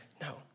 No